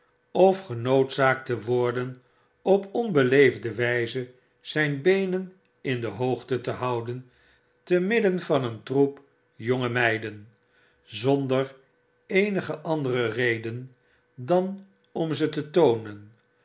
of genoodzaakt te worden op onbeleefde wyze zijn beenen in de hoogte te houden te midden van een troep jonge meiden zonder eenige andere reden dan om ze te toonen